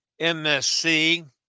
MSC